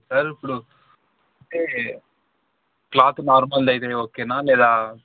sir ఇప్పుడు అంటే cloth నార్మల్ది అయితే ఓకేనా లేదా